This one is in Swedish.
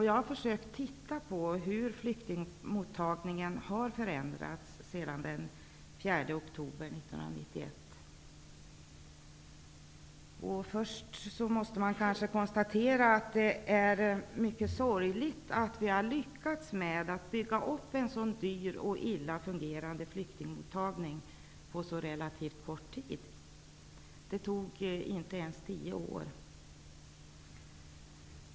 Jag har försökt titta på hur flyktingmottagningen har förändrats sedan den 4 oktober 1991, och jag måste först konstatera att det är mycket sorgligt att vi har lyckats med att bygga upp ett så dyr och illa fungerande flyktingmottagande på så relativt kort tid. Det tog inte ens tio år.